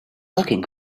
looking